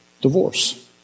divorce